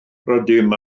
rydym